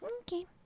Okay